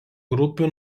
grupių